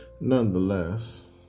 Nonetheless